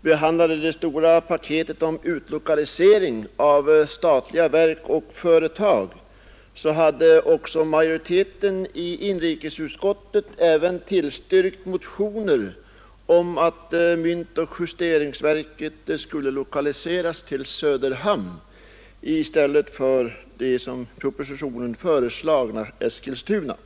behandlade det stora paketet om utlokalisering av statliga verk och företag hade majoriteten i inrikesutskottet även tillstyrkt motioner om att myntoch justeringsverket skulle lokaliseras till Söderhamn i stället för i propositionen föreslagna Eskilstuna.